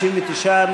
59,